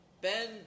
Ben